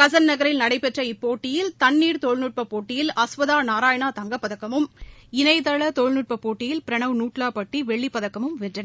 கசன் நகரில் நடைபெற்ற இப்போட்டியில் தண்ணீர் தொழில்நுட்பப் போட்டியில் அஸ்வதா நாராயணா தங்கப்பதக்கமும் இணையதள தொழில்நுட்பப் போட்டியில் பிரனவ் நூட்டலாபட்டி வெள்ளிப்பதக்கமும் வென்றனர்